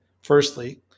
firstly